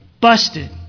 Busted